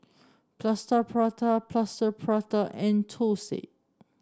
Plaster Prata Plaster Prata and thosai